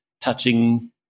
touching